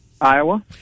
Iowa